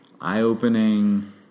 eye-opening